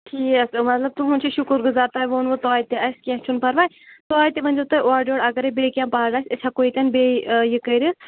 ٹھیٖک مطلب تُہُنٛد چھُ شُکُر گُزار تۄہہِ ووٚنوٕ توتہِ آسہِ کیٚنٛہہ چھُنہٕ پَرواے توتہِ ؤنۍزیو تُہۍ اورٕ یورٕ اگرَے بیٚیہِ کیٚنٛہہ پَر آسہِ أسۍ ہٮ۪کو ییٚتٮ۪ن بیٚیہِ یہِ کٔرِتھ